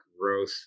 growth